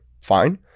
fine